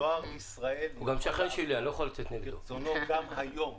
דואר ישראל יכול לעשות כרצונו גם היום,